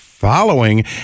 following